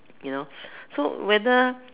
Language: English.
you know so whether